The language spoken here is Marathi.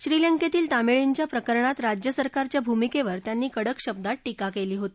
श्रीलंकेतील तामीळींच्या प्रकरणत राज्यसरकारच्या भूमिकेवर त्यांनी कडक शब्दात टीका केली होती